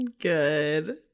good